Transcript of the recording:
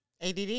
ADD